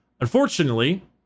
Unfortunately